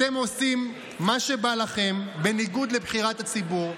אתם עושים מה שבא לכם, בניגוד לבחירת הציבור,